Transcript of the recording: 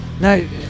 No